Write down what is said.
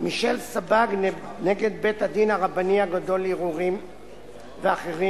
מישל סבג נגד בית-הדין הרבני הגדול לערעורים ואחרים,